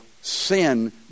sin